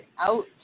out